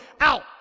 out